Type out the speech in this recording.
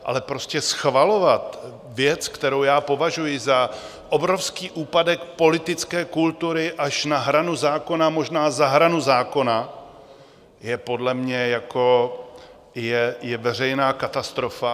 Ale prostě schvalovat věc, kterou já považuji za obrovský úpadek politické kultury až na hranu zákona, možná za hranu zákona, je podle mě veřejná katastrofa.